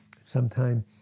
Sometime